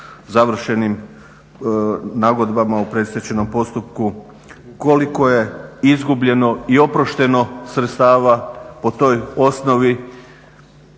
završenim nagodbama u predstečajnom postupku, koliko je izgubljeno i oprošteno sredstava po toj osnovi.